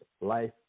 life